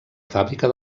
fàbrica